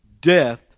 death